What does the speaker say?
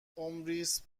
ﻋﻤﺮﯾﺴﺖ